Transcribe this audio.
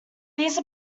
these